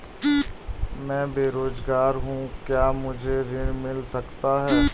मैं बेरोजगार हूँ क्या मुझे ऋण मिल सकता है?